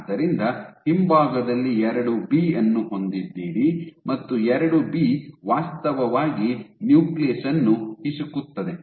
ಆದ್ದರಿಂದ ಹಿಂಭಾಗದಲ್ಲಿ II B ಅನ್ನು ಹೊಂದಿದ್ದೀರಿ ಮತ್ತು II ಬಿ ವಾಸ್ತವವಾಗಿ ನ್ಯೂಕ್ಲಿಯಸ್ ಅನ್ನು ಹಿಸುಕುತ್ತಿದೆ